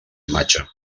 imatge